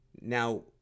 Now